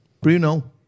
Bruno